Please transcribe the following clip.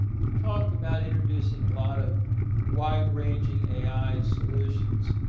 we talked about introducing a lot of wide-ranging ai solutions.